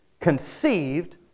conceived